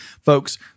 folks